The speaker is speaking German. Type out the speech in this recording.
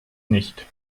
nicht